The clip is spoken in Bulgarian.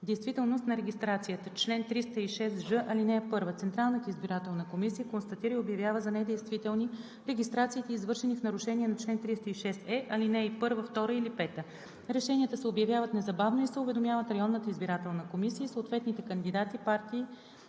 Действителност на регистрацията Чл. 306ж. (1) Централната избирателна комисия констатира и обявява за недействителни регистрациите, извършени в нарушение на чл. 306е, ал. 1, 2 или 5. Решенията се обявяват незабавно и се уведомяват районната избирателна комисия и съответните кандидати, партии,